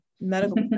medical